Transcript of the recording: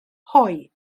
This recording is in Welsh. hoe